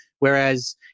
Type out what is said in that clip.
Whereas